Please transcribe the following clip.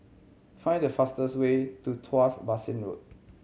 find the fastest way to Tuas Basin Road